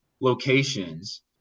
locations